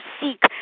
seek